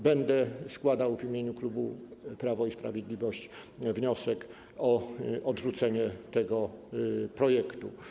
Będę składał w imieniu klubu Prawo i Sprawiedliwość wniosek o odrzucenie tego projektu.